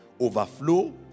overflow